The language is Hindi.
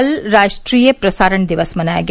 कल राष्ट्रीय प्रसारण दिवस मनाया गया